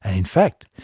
and in fact,